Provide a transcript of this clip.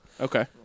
Okay